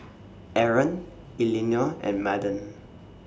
Aron Elinore and Madden